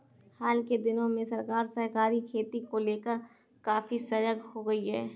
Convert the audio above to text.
हाल के दिनों में सरकार सहकारी खेती को लेकर काफी सजग हो गई है